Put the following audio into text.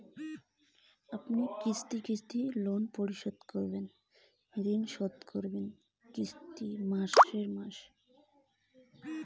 কিভাবে ঋণ পরিশোধ করতে হবে?